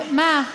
מה?